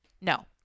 No